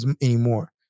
anymore